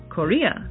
Korea